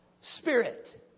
spirit